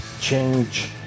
change